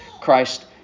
Christ